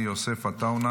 יוסף עטאונה,